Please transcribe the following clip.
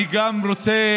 אני גם רוצה,